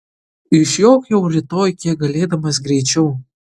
išjok jau rytoj kiek galėdamas greičiau